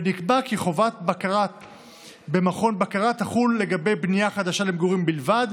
ונקבע כי חובת בקרה במכון בקרה תחול לגבי בנייה חדשה למגורים בלבד,